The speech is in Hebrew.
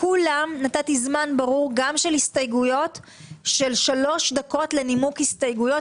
לכולם נתתי זמן ברור של שלוש דקות לנימוק הסתייגויות,